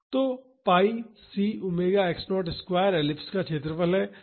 तो pi c omega x0 square ellipse का क्षेत्रफल है